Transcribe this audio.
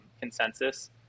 consensus